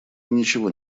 ничего